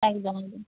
একদম একদম